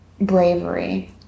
bravery